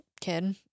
kid